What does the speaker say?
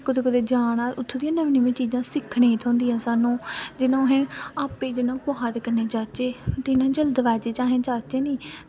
कुदै कुदै जाना उत्थें दि'यां नमीं नमीं चीजां सिक्खनियां नेईं थ्होंदियां सानूं जि'यां असें आपें जि'यां कदें कुसै दे कन्नै जाचै ते जल्दबाजी च अस कुदै जाचै निं